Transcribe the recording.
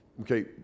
okay